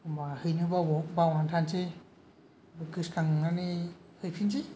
हैनो बावनानै थानोसै गोसो खांनानै हैफिननोसै